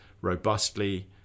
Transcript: robustly